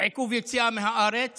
עיכוב יציאה מהארץ